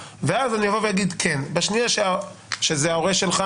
ואז, אם זה ההורה שלך